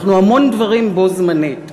אנחנו המון דברים בו זמנית.